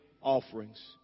offerings